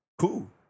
Cool